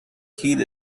heed